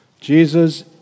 Jesus